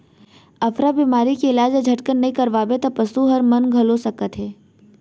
अफरा बेमारी के इलाज ल झटकन नइ करवाबे त पसू हर मन घलौ सकत हे